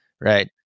right